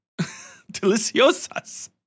deliciosas